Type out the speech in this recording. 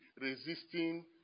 resisting